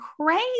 crazy